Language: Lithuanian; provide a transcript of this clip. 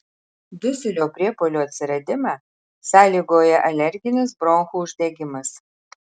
dusulio priepuolio atsiradimą sąlygoja alerginis bronchų uždegimas